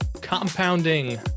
compounding